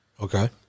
Okay